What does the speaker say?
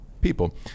people